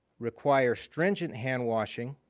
require stringent hand-washing,